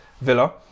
Villa